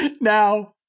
Now